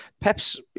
Pep's